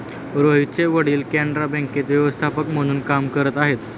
रोहितचे वडील कॅनरा बँकेत व्यवस्थापक म्हणून काम करत आहे